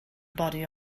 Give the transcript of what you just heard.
body